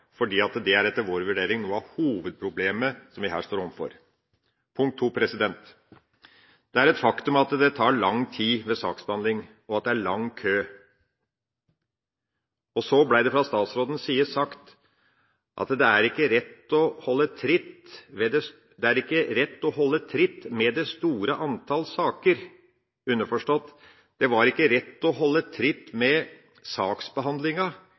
det er etter vår vurdering noe av hovedproblemet vi her står overfor. Punkt 2: Det er et faktum at det tar lang tid med saksbehandling, og at det er lang kø. Det ble fra statsrådens side sagt at det ikke er lett å holde tritt med det store antall saker – underforstått: Det var ikke lett å holde tritt med saksbehandlinga i forhold til det store antall saker som kom. Jeg vet ikke om det var